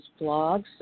blogs